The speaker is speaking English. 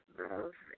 love